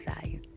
value